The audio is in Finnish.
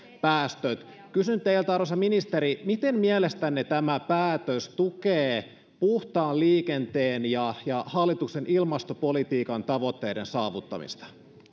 päästöt kysyn teiltä arvoisa ministeri miten mielestänne tämä päätös tukee puhtaan liikenteen ja ja hallituksen ilmastopolitiikan tavoitteiden saavuttamista